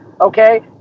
okay